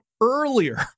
earlier